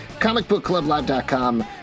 ComicBookClubLive.com